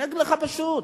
אני אגיד לך: פשוט,